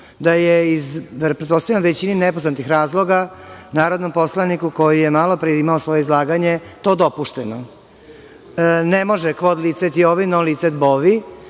da je iz, pretpostavljam, većini nepoznatih razloga narodnom poslaniku koji je malopre imao svoje izlaganje to dopušteno. Ne može „kvod licet tiovi, no liced bovi“